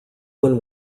when